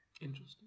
Interesting